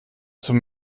zum